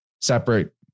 separate